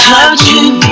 Touching